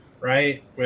right